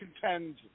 contend